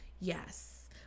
yes